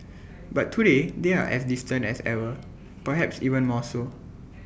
but today they are as distant as ever perhaps even more so